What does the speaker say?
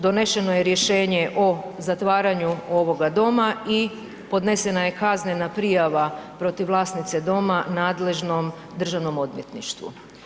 Donešeno je rješenje o zatvaranju ovoga doma i podnesena je kaznena prijava protiv vlasnice doma nadležnom Državnom odvjetništvu.